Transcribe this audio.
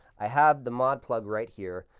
i have the mod plug right here.